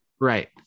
Right